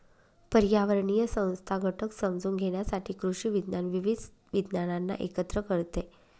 पर्यावरणीय संस्था घटक समजून घेण्यासाठी कृषी विज्ञान विविध विज्ञानांना एकत्र करते